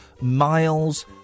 miles